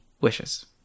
wishes